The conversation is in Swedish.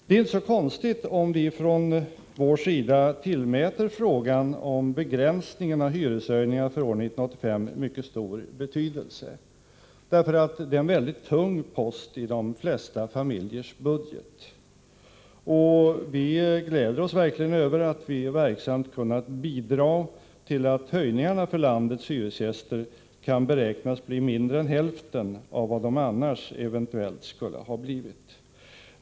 Det är inte så konstigt om vi från vår sida tillmäter frågan om begränsningar i hyreshöjningarna för år 1985 mycket stor betydelse. Hyran är nämligen en väldigt tung post i de flesta familjers budget. Vi gläder oss verkligen över att vi verksamt kunnat bidra till att höjningarna för landets hyresgäster kan beräknas bli mindre än hälften av vad de annars eventuellt skulle ha blivit.